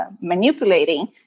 manipulating